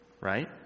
Right